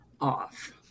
off